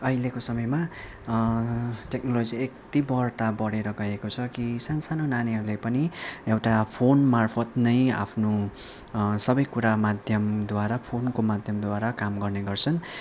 अहिलेको समयमा टेक्नोलोजी यति बढ्ता बढेर गएको छ कि सानसानो नानीहरूले पनि एउटा फोन मार्फत नै आफ्नो सबैकुरा माध्यमद्वारा फोनको माध्यमद्वारा काम गर्ने गर्छन्